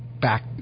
back